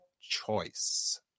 choice